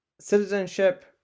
citizenship